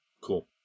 cool